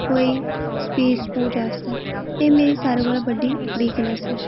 कोई स्पेस स्पूज आस्तै एह् मेरी सारे कोला बड्डी वीकनेस ऐ